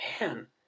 man